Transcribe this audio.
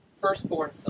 firstborn